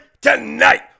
tonight